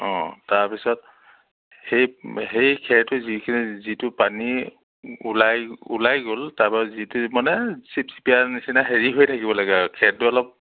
অঁ তাৰপিছত সেই সেই খেৰটো যিখিনি যিটো পানী ওলাই ওলাই গ'ল তাপা যিটো মানে চিপচিপিয়া নিচিনা হেৰি হৈ থাকিব লাগে আৰু খেৰটো অলপ